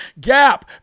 Gap